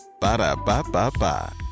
Ba-da-ba-ba-ba